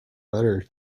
letter